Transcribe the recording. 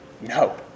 No